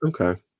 Okay